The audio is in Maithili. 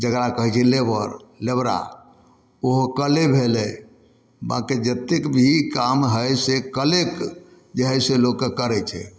जकरा कहै छै लबर लबरा ओहो कले भेलै बाँकि जतेक भी काम हइ से कलेके जे हइ से लोकके करै छै